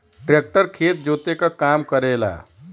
tractor खेत जोते क काम करेला